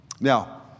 Now